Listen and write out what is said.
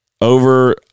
over